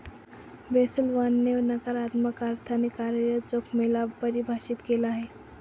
Basel one ने नकारात्मक अर्थाने कार्यरत जोखिमे ला परिभाषित केलं आहे